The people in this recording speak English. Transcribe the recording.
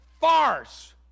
farce